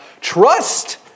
trust